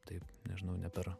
taip nežinau ne per